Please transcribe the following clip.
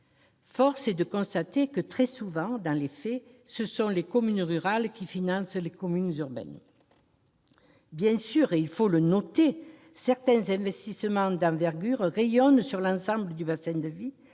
pourtant de constater que, très souvent, dans les faits, ce sont les communes rurales qui financent les communes urbaines. Bien sûr- il faut le noter -, certains investissements d'envergure rayonnent sur l'ensemble du bassin de vie,